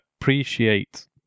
appreciate